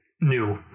new